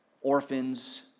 orphans